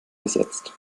ersetzt